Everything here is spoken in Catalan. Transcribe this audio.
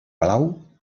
blau